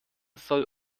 soll